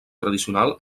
tradicional